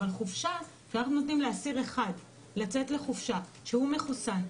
אבל חופשה אנחנו נותנים לאסיר אחד לצאת לחופשה כשהוא מחוסן,